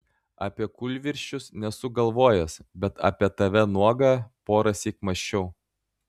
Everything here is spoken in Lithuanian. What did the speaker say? apie kūlvirsčius nesu galvojęs bet apie tave nuogą porąsyk mąsčiau